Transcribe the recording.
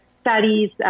studies